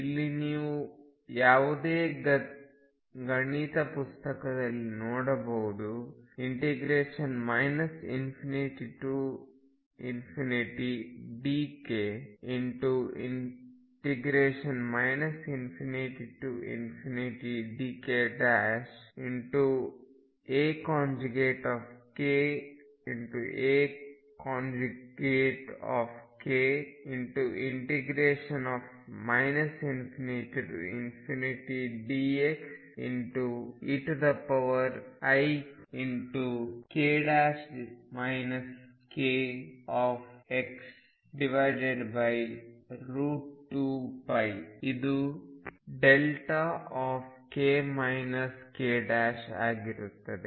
ಇಲ್ಲಿ ನೀವು ಯಾವುದೇ ಗಣಿತ ಪುಸ್ತಕದಲ್ಲಿ ನೋಡಬಹುದು ∞dk ∞dkAkAk ∞ dx eik kx2π ಇದು δk k ಆಗಿರುತ್ತದೆ